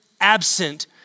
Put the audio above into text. absent